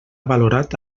valorat